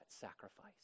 sacrifice